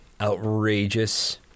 outrageous